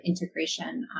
integration